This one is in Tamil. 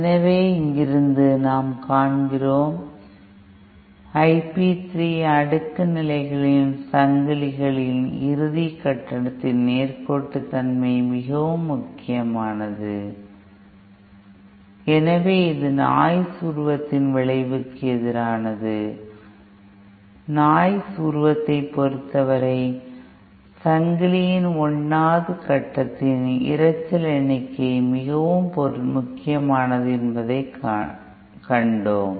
எனவே இங்கிருந்து நாம் காண்கிறோம் Ip3 அடுக்கு நிலைகளின் சங்கிலியில் இறுதி கட்டத்தின் நேர்கோட்டுத்தன்மை மிகவும் முக்கியமானது எனவே இது நாய்ஸ் உருவத்தின் விளைவுக்கு எதிரானது நாய்ஸ் உருவத்தைப் பொறுத்தவரை சங்கிலியின் 1 வது கட்டத்தின் இரைச்சல் எண்ணிக்கை மிகவும் முக்கியமானது என்பதைக் கண்டோம்